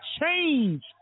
change